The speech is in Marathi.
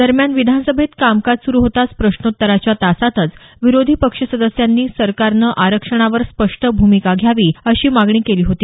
दरम्यान विधासनभेत कामकाज सुरु होताच प्रश्नोत्तराच्या तासातच विरोधी पक्ष सदस्यांनी सरकारनं आरक्षणावर स्पष्ट भूमिका घ्यावी अशी मागणी केली होती